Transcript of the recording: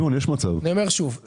אני אומר שוב,